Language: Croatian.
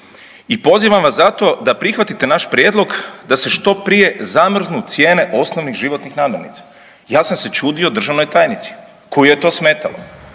I pozivam vas zato da prihvatite naš prijedlog da se što prije zamrznu cijene osnovnih životnih namirnica. Ja sam se čudio državnoj tajnici koju je to smetalo.